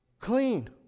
Clean